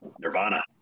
Nirvana